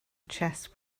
chest